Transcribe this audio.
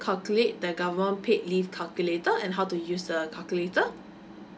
calculate the government paid leave calculator and how to use the calculator